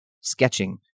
sketching